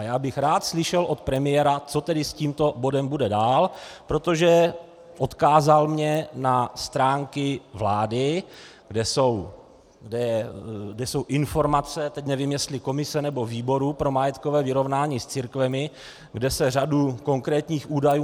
Já bych rád slyšel od premiéra, co tedy s tímto bodem bude dál, protože mě odkázal na stránky vlády, kde jsou informace, teď nevím, jestli komise nebo výboru pro majetkové vyrovnání s církvemi, kde se mám dočíst řadu konkrétních údajů.